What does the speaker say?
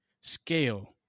scale